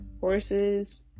horses